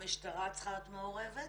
המשטרה צריכה להיות מעורבת,